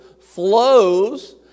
flows